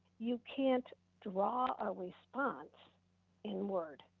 you can't draw a response in word.